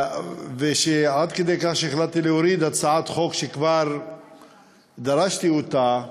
עד כדי כך שהחלטתי להוריד הצעת חוק שכבר דרשתי אותה,